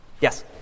yes